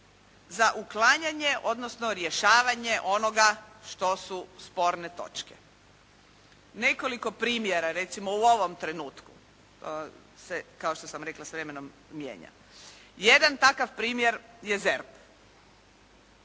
za uklanjanje odnosno rješavanje onoga što su sporne točke. Nekoliko primjera recimo u ovom trenutku kao što sam rekla s vremenom mijenja. Jedan takav primjer je ZERP.